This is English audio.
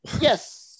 Yes